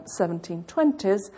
1720s